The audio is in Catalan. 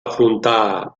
afrontar